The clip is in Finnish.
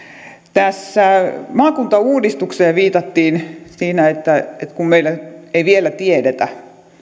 tässä maakuntauudistukseen viitattiin siinä kun meillä ei vielä tiedetä